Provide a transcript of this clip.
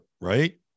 right